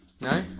No